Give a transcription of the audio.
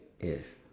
yes